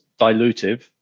dilutive